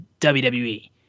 WWE